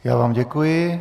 Já vám děkuji.